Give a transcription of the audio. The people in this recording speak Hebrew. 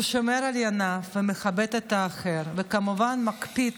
הוא שומר על עיניו ומכבד את האחר, וכמובן מקפיד